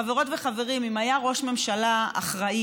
חברות וחברים, אם היה ראש ממשלה אחראי,